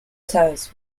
toes